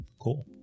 Cool